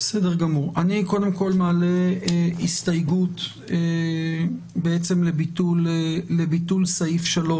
אני קודם כל מעלה הסתייגות לביטול סעיף 3,